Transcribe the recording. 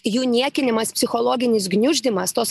jų niekinimas psichologinis gniuždymas tos